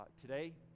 today